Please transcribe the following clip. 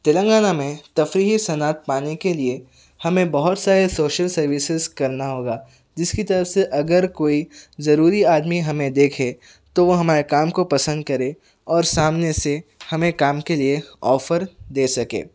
تلنگانہ میں تفریحی صنعت پانے کے لئے ہمیں بہت سارے سوشل سروسیس کرنا ہوگا جس کی طرف سے اگر کوئی ضروری آدمی ہمیں دیکھے تو وہ ہمارے کام کو پسند کرے اور سامنے سے ہمیں کام کے لئے آفر دے سکے